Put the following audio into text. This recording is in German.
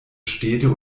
städte